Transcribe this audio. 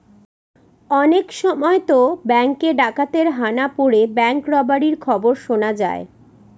অনেক সময়তো ব্যাঙ্কে ডাকাতের হানা পড়ে ব্যাঙ্ক রবারির খবর শোনা যায়